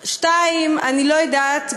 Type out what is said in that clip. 02:00, אני לא יודעת.